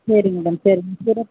சரி மேடம் சரி